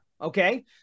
okay